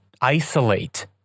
isolate